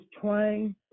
trying